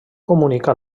comunica